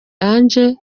ange